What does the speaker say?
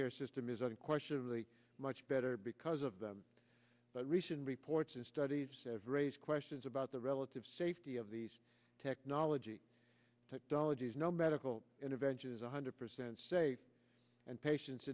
care system is a question of the much better because of them but recent reports and studies have raised questions about the relative safety of these technology technologies no medical intervention is one hundred percent safe and patien